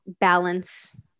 balance